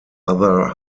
other